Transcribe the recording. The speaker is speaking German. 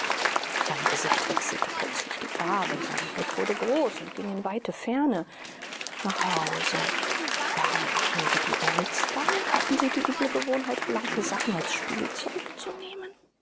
sein gesicht wechselte plötzlich die farbe sein blick wurde groß und ging in weite ferne nach hause waren affen wie die elstern hatten sie die üble gewohnheit blanke sachen als spielzeug zu nehmen